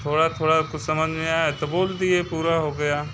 थोड़ा थोड़ा कुछ समझ में आया तो बोल दिए पूरा हो गया